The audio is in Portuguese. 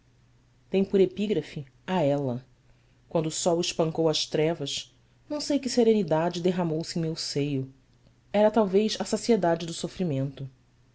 tem por epígrafe ela quando o sol espancou as trevas não sei que serenidade derramou-se em meu seio era talvez a saciedade do sofrimento